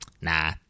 nah